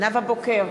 נאוה בוקר,